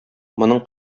моның